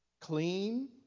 Clean